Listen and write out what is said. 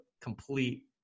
complete